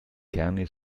kerne